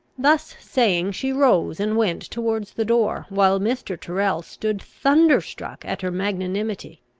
thus saying, she rose, and went towards the door, while mr. tyrrel stood thunderstruck at her magnanimity.